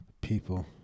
people